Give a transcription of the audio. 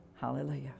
Hallelujah